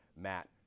Matt